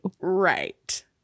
right